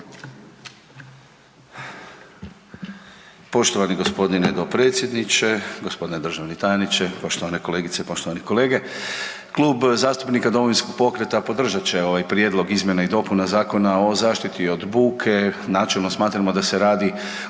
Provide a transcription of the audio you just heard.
Poštovani gospodine dopredsjedniče, gospodine državni tajniče, poštovane kolegice, poštovani kolege. Klub zastupnika Domovinskog pokreta podržat će ovaj Prijedlog izmjena i dopuna Zakona o zaštiti od buke, načelno smatramo da se radi o